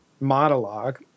Monologue